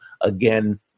again